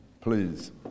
please